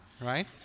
right